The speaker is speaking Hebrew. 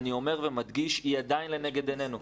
אני אומר ומדגיש היא עדיין לנגד עינינו.